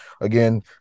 again